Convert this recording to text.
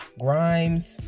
Grimes